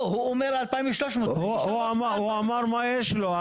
הוא אומר 2,300. הוא אמר מה יש לו,